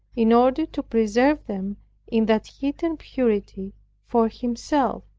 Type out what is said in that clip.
in order to preserve them in that hidden purity for himself.